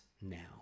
now